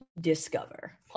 discover